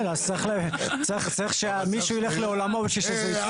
כן, צריך שמישהו ילך לעולמו בשביל שזה יקרה.